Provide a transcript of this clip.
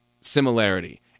similarity